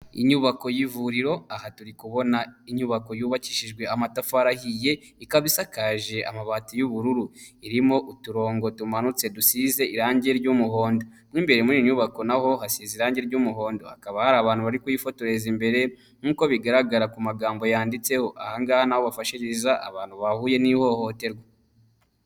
Inyubako y'ivuriro, aha turi kubona inyubako yubakishijwe amatafari ahiye, ikaba isakaje amabati y'ubururu, irimo uturongo tumanutse dusize irangi ry'umuhondo. Mo imbere muri iyi nyubako na ho hasize irangi ry'umuhondo, hakaba hari abantu bari kuyifotoreza imbere nkuko bigaragara ku magambo yanditseho, aha ngaha ni aho bafashiriza abantu bahuye n'ihohoterwa.